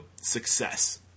success